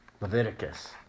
Leviticus